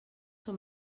són